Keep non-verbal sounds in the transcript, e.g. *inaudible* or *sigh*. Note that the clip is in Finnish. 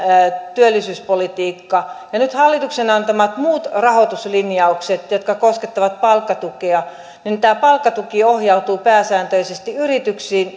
työllisyyspolitiikka ja hallituksen nyt antamat muut rahoituslinjaukset jotka koskettavat palkkatukea tämä palkkatuki ohjautuu pääsääntöisesti yrityksiin *unintelligible*